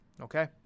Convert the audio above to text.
okay